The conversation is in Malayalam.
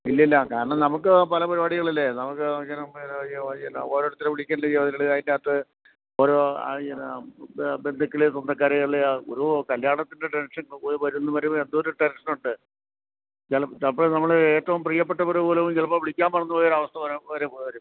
ഇല്ലില്ല കാരണം നമുക്ക് പലപരിപാടികളില്ലെ നമുക്ക് ഓരോരുത്തരെ വിളിക്കേണ്ടേ അതിൻറ്റകത്ത് ഓരോ എന്നാ ആ ബന്ധുക്കളെ സ്വന്തക്കാരെയല്ലേ ഒരു കല്യാണത്തിൻ്റെ ടെൻഷൻ വരുന്നു പറയുമ്പോൾ എന്തോരം ടെൻഷനുണ്ട് ചിലപ്പോൾ നമ്മൾ ഏറ്റവും പ്രിയപെട്ടവരെപ്പോലും ചിലപ്പോൾ വിളിക്കാൻ മറന്നുപോയ അവസ്ഥ വരെ വരും